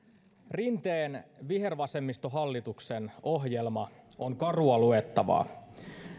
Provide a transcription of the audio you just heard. rinteen vihervasemmistohallituksen ohjelma on karua luettavaa